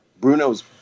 Bruno's